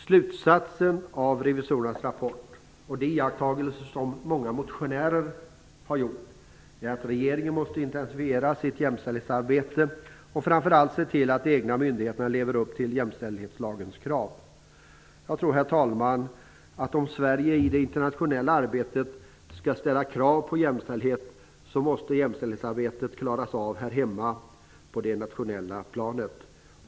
Slutsatsen av revisorernas rapport och de iakttagelser som många motionärer har gjort är att regeringen måste intensifiera sitt jämställdhetsarbete, och framför allt se till att de egna myndigheterna lever upp till jämställdhetslagens krav. Herr talman! Jag tror att om Sverige skall kunna ställa krav på jämställdhet i det internationella arbetet så måste jämställdhetsarbetet också klaras av här hemma, på det nationella planet.